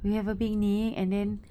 we have a picnic and then